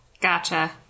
Gotcha